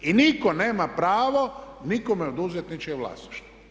I nitko nema pravo nikome oduzeti ničije vlasništvo.